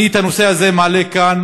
אני את הנושא הזה מעלה כאן